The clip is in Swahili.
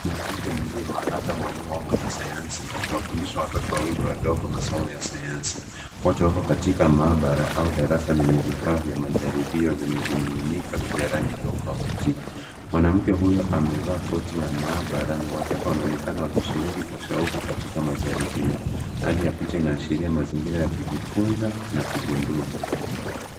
Mwanamke mzima, labda mwalimu au mwanasayansi, akiwafundisha watoto wawili wadogo masomo ya sayansi. Wote wako katika maabara au darasa lenye vifaa vya majaribio zenye vimiminika vya rangi tofauti. Mwanamke huyo amevaa koti ya maabara na watoto wanaonekana wakishiriki kwa shauku katika majaribio. Hali ya picha inaashiria mazingira ya kujifunza na kugundua.